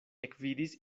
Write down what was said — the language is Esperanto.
ekvidis